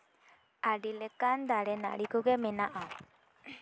ᱟᱹᱰᱤ ᱞᱮᱠᱟᱱ ᱫᱟᱨᱮ ᱱᱟᱹᱲᱤ ᱠᱚᱜᱮ ᱢᱮᱱᱟᱜᱼᱟ